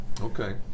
Okay